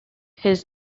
his